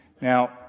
Now